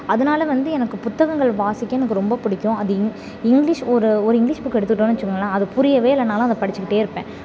அதனால் வந்து எனக்கு புத்தகங்கள் வாசிக்க எனக்கு ரொம்ப பிடிக்கும் அது இங் இங்கிலிஷ் ஒரு ஒரு இங்கிலிஷ் புக்கு எடுத்துகிட்டோம்னு வச்சுக்கோங்களேன் அது புரியவே இல்லைனாலும் அதை படிச்சுக்கிட்டே இருப்பேன்